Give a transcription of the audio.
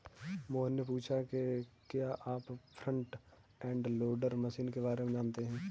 मोहन ने पूछा कि क्या आप फ्रंट एंड लोडर मशीन के बारे में जानते हैं?